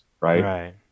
right